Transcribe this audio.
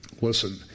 Listen